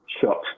shot